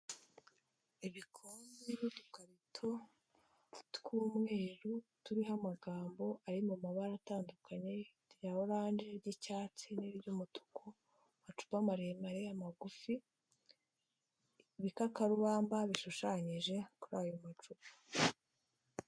Ibikombe n'udukarito tw'umweru turiho amagambo ari mu mabara atandukanye: irya orange, iry'icyatsi n'iry'umutuku, amacupa maremare, amagufi, ibikakarubamba bishushanyije kuri ayo macupa.